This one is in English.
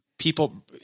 People